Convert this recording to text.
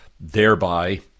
thereby